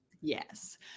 Yes